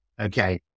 okay